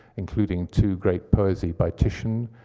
including two great posey by titian,